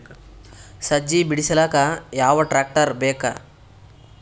ಸಜ್ಜಿ ಬಿಡಿಸಿಲಕ ಯಾವ ಟ್ರಾಕ್ಟರ್ ಬೇಕ?